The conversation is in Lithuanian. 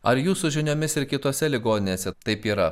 ar jūsų žiniomis ir kitose ligoninėse taip yra